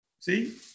See